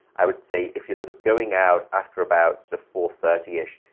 i would say, if you're sort of going out after about to four thirty ish,